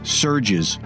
surges